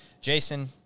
Jason